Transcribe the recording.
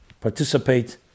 participate